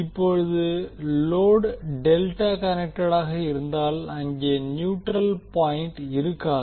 இப்போது load delta கனெக்டெடாக இருந்தால் அங்கே நியூட்ரல் பாயிண்ட் இருக்காது